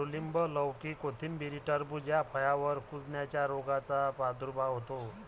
कडूलिंब, लौकी, कोथिंबीर, टरबूज या फळांवर कुजण्याच्या रोगाचा प्रादुर्भाव होतो